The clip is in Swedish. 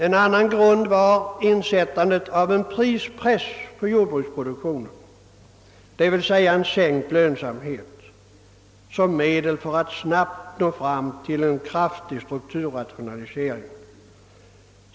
En annan grund var insättandet av en prispress för jordbruksproduktionen, d.v.s. en sänkt lönsamhet, som medel att snabbt nå fram till en kraftig strukturrationalisering.